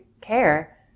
care